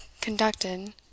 conducted